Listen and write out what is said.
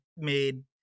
made